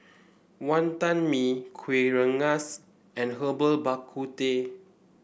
Wantan Mee Kuih Rengas and Herbal Bak Ku Teh